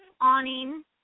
awning